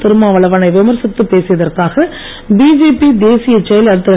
திருமாவளவ னை விமர்சித்துப் பேசியதற்காக பிஜேபி தேசியச் செயலர் திரு